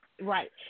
right